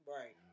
Right